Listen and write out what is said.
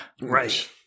Right